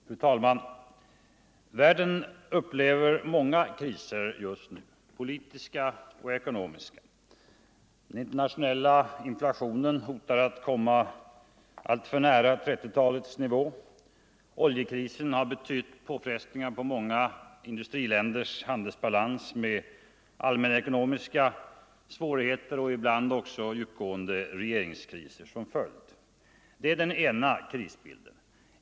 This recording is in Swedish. Fru talman! Världen upplever många kriser just nu, politiska och ekonomiska. Den internationella inflationen hotar att komma alltför nära 1930-talets nivå. Oljekrisen har betytt påfrestningar på många industriländers handelsbalans med allmänekonomiska svårigheter och ibland också djupgående regeringskriser som följd. Det är den ena krisbilden.